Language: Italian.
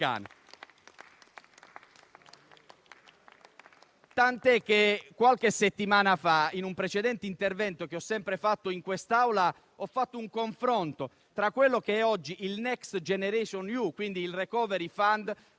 Qualche settimana fa, in un precedente intervento svolto sempre in quest'Aula, ho fatto un confronto tra quello che è oggi il Next generation EU, quindi il *recovery fund*,